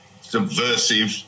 subversive